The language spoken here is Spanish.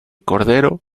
cordero